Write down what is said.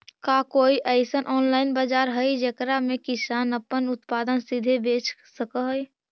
का कोई अइसन ऑनलाइन बाजार हई जेकरा में किसान अपन उत्पादन सीधे बेच सक हई?